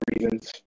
reasons